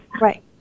Right